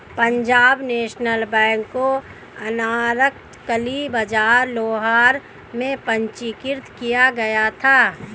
Punjab national bank को अनारकली बाजार लाहौर में पंजीकृत किया गया था